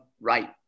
right